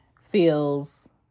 feels